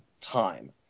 time